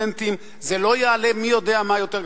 סטודנטים, זה לא יעלה מי-יודע-מה יותר.